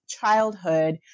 childhood